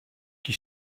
qui